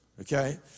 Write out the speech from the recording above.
Okay